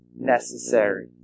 necessary